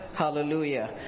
hallelujah